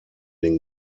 den